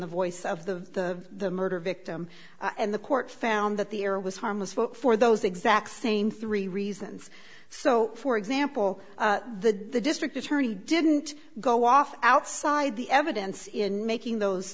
the voice of the of the murder victim and the court found that the error was harmless but for those exact same three reasons so for example the district attorney didn't go off outside the evidence in making those